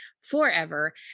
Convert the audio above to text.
forever